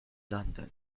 london